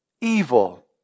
Evil